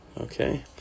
okay